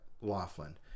Laughlin